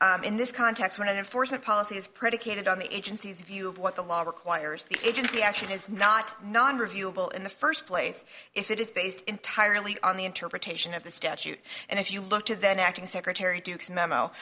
was in this context when unfortunate policy is predicated on the agency's view of what the law requires the agency action is not non reviewable in the first place it is based entirely on the interpretation of the statute and if you look to then acting secretary duke's memo